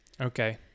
okay